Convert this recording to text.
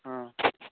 हँ